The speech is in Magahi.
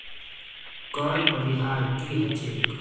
कर परिहार की ह छेक